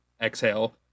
exhale